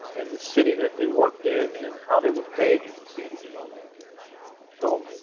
and the city that they worked in, and how they were paid. you can see it. it shows so